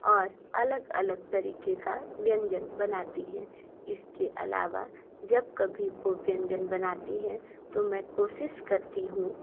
और अलग अलग तरीके का व्यंजन बनाती हैं इसके अलावा जब कभी वो व्यंजन बनाती हैं तो मैं कोशिश करती हूँ